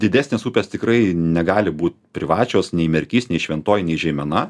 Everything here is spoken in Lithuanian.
didesnės upės tikrai negali būt privačios nei merkys nei šventoji nei žeimena